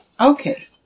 Okay